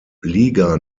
liga